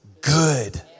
good